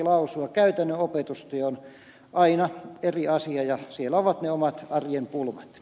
käytännön opetustyö on aina eri asia ja siellä ovat ne omat arjen pulmat